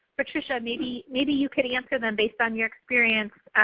patricia, maybe maybe you could answer them based on your experience